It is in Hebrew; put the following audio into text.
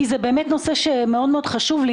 כי זה נושא שמאוד חשוב לי,